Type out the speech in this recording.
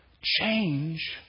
change